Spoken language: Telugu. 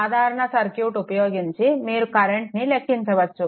సాధారణ సర్క్యూట్ ఉపయోగించి మీరు కరెంట్ని లెక్కించవచ్చు